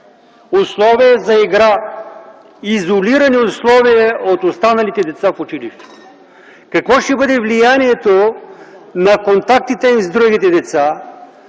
условия за игра, изолирани условия от останалите деца в училището. Какво ще бъде влиянието на контактите им с другите деца,